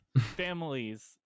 families